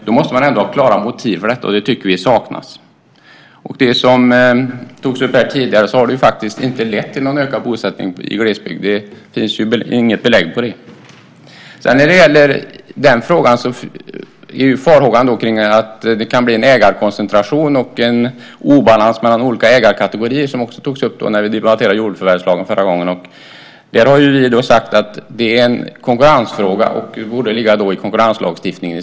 Då måste det finnas klara motiv för det, och det tycker vi saknas. Det har tagits upp tidigare, men lagen har inte lett till någon ökad bosättning i glesbygd. Det finns inga belägg för det. Det finns farhågor för en ägarkoncentration och obalans mellan olika ägarkategorier, som också togs upp när vi debatterade jordförvärvslagen förra gången. Vi har sagt att det är en konkurrensfråga som i stället borde finnas med i konkurrenslagstiftningen.